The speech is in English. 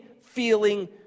feeling